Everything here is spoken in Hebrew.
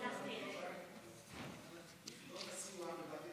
יחידות הסיוע.